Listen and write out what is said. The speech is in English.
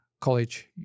College